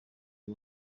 y’u